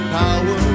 power